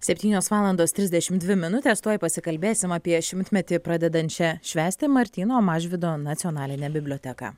septynios valandos trisdešimt dvi minutės tuoj pasikalbėsime apie šimtmetį pradedančią švęsti martyno mažvydo nacionalinę biblioteką